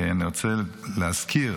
אני רוצה להזכיר